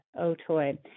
Otoy